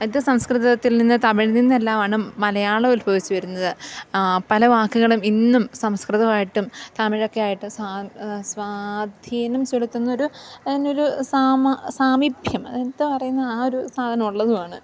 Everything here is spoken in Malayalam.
അത് സംസ്കൃതത്തിൽ നിന്ന് തമിഴിൽ നിന്നെല്ലാമാണ് മലയാളമുത്ഭവിച്ചു വരുന്നത് പല വാക്കുകളും ഇന്നും സംസ്കൃതമായിട്ടും തമിഴൊക്കെയായിട്ട് സ്വാധീനം ചെലുത്തുന്നൊരു അതിനൊരു സാമ സാമിപ്യം അതെന്തോ പറയുന്നത് ആ ഒരു സാധനം ഉള്ളതുമാണ്